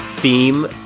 theme